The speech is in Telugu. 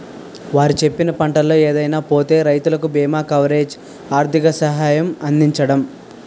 వారు చెప్పిన పంటల్లో ఏదైనా పోతే రైతులకు బీమా కవరేజీ, ఆర్థిక సహాయం అందించడం